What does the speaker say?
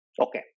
okay